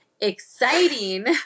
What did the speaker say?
exciting